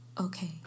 okay